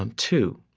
and too,